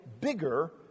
bigger